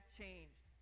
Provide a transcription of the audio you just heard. changed